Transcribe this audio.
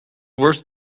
worth